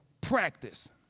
practice